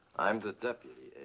i'm the deputy,